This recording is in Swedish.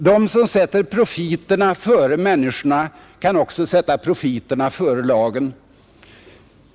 De som sätter profiterna före människorna kan också sätta profiterna före lagen.